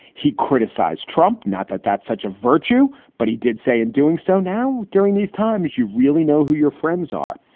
he criticized trump. not that that's such a virtue, but he did say in doing so. now, during these times, you really know who your friends are.